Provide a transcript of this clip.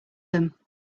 them